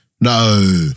no